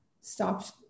stopped